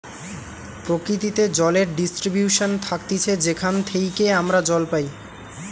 প্রকৃতিতে জলের ডিস্ট্রিবিউশন থাকতিছে যেখান থেইকে আমরা জল পাই